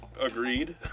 Agreed